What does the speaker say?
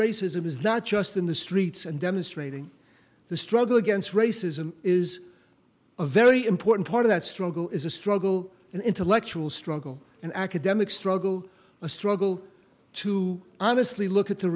racism is not just in the streets and demonstrating the struggle against racism is a very important part of that struggle is a struggle an intellectual struggle an academic struggle a struggle to honestly look at the